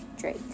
Drake